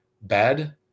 bad